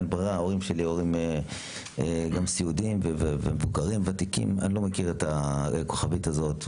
ההורים שלי מבוגרים וסיעודיים ואני לא מכיר את הכוכבית הזאת.